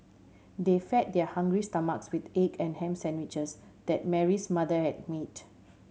they fed their hungry stomachs with egg and ham sandwiches that Mary's mother had made